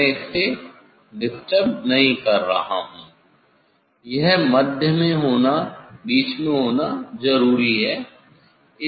मैं इसे डिस्टर्ब नहीं कर रहा हूं यह मध्य में होना जरूरी है